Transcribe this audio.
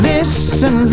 Listen